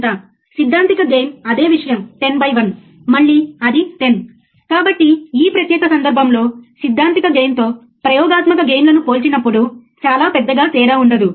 ఇప్పుడు ఇది మేము వర్తింపజేసిన చదరపు తరంగం మీరు ఇక్కడ ఎక్కడో చదరపు తరంగాన్ని చూడవచ్చు మరియు 25 కిలోహెర్ట్జ్ ఉంది